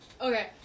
okay